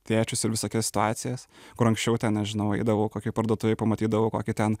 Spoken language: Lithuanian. tėčius ir visokias situacijas kur anksčiau ten nežinau eidavau kokioj parduotuvėj pamatydavau kokį ten